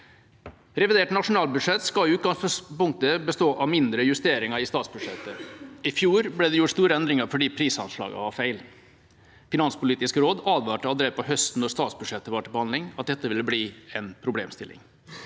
Revidert nasjonalbudsjett skal i utgangspunktet bestå av mindre justeringer i statsbudsjettet. I fjor ble det gjort store endringer fordi prisanslaget var feil. Finanspolitisk råd advarte allerede på høsten, da statsbudsjettet var til behandling, om at dette ville bli en problemstilling.